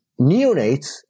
neonates